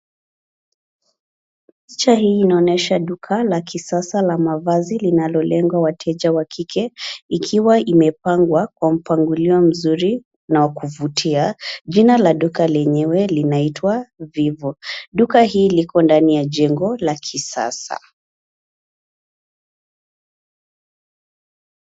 Picha hii inaonyesha duka la kisasa la mavazi linalo lenga wateja wa kike ikiwa imepangwa kwa mpangilio mzuri na wa kuvutia. Jina la duka lenyewe linaitwa Vivo. Duka hili liko ndani ya jengo la kisasa.